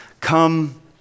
come